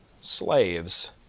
slaves